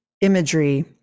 imagery